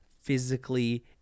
physically